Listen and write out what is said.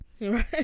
Right